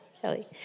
Kelly